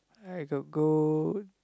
I got go